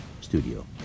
studio